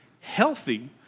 healthy